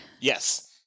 Yes